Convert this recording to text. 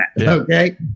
Okay